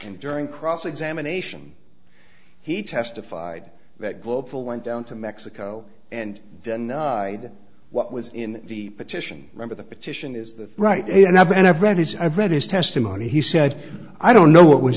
and during cross examination he testified that global went down to mexico and that what was in the petition remember the petition is the right and i've read his i've read his testimony he said i don't know what was